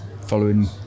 following